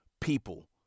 people